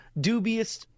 dubious